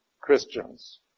Christians